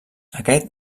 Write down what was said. aquest